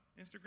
Instagram